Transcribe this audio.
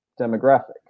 demographic